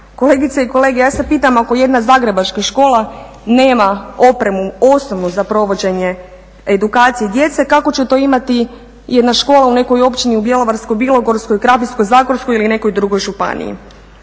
Kolegice i kolege ja se pitam ako jedna zagrebačka škola nema opremu osnovnu za provođenje edukacije djece kako će to imati jedna škola u nekoj općini u Bjelovarsko-bilogorskoj, Krapinsko-zagorskoj ili nekoj drugoj županiji.